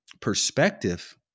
perspective